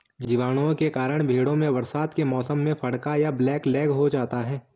जीवाणुओं के कारण भेंड़ों में बरसात के मौसम में फड़का या ब्लैक लैग हो जाता है